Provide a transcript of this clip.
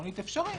עקרונית אפשרי,